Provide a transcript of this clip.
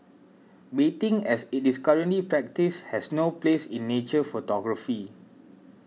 baiting as it is currently practised has no place in nature photography